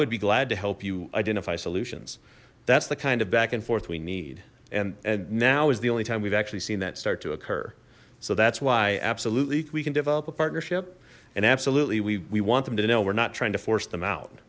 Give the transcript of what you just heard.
would be glad to help you identify solution that's the kind of back and forth we need and and now is the only time we've actually seen that start to occur so that's why absolutely we can develop a partnership and absolutely we want them to know we're not trying to force them out